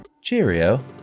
cheerio